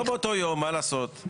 לא באותו יום, מה לעשות?